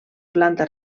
planta